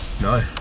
No